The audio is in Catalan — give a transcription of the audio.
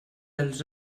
els